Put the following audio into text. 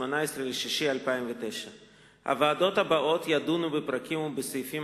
18 ביוני 2009. הוועדות הבאות ידונו בפרקים ובסעיפים